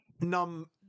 Num